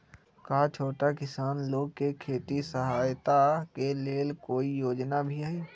का छोटा किसान लोग के खेती सहायता के लेंल कोई योजना भी हई?